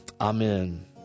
Amen